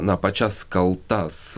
na pačias kaltas